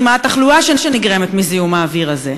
מה התחלואה שנגרמת מזיהום האוויר הזה?